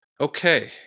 Okay